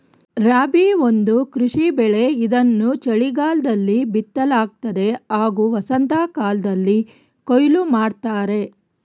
ರಾಬಿ ಒಂದು ಕೃಷಿ ಬೆಳೆ ಇದನ್ನು ಚಳಿಗಾಲದಲ್ಲಿ ಬಿತ್ತಲಾಗ್ತದೆ ಹಾಗೂ ವಸಂತಕಾಲ್ದಲ್ಲಿ ಕೊಯ್ಲು ಮಾಡ್ತರೆ